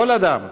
כל אדם,